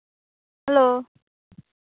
hello